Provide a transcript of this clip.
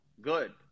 good